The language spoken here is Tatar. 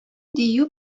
дию